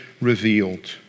revealed